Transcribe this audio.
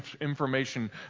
information